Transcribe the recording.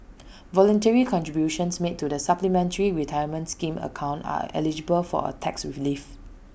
voluntary contributions made to the supplementary retirement scheme account are eligible for A tax relief